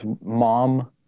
mom